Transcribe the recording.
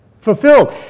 fulfilled